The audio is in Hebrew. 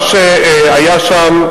מה שהיה שם,